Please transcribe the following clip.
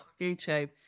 YouTube